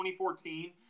2014